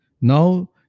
Now